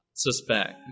suspect